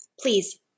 Please